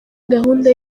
gahunda